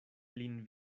lin